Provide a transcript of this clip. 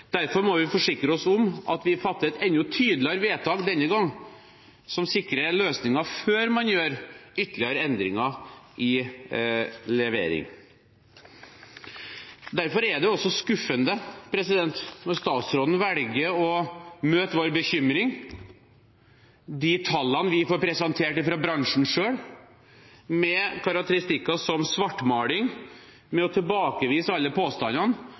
Derfor må vi forsikre oss om at vi fatter et enda tydeligere vedtak denne gangen – som sikrer løsninger før man gjør ytterligere endringer i levering. Derfor er det også skuffende når statsråden velger å møte vår bekymring – de tallene vi får presentert fra bransjen selv – med karakteristikker som svartmaling, med å tilbakevise alle påstandene